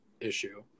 issue